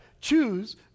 Choose